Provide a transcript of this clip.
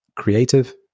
creative